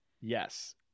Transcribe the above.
Yes